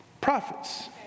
prophets